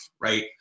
right